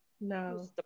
no